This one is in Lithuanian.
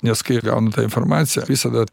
nes kai gaunu tą informaciją visada